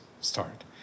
start